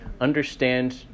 understand